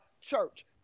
church